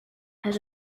had